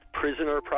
prisoner